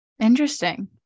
Interesting